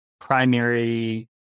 primary